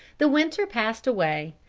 the winter passed away,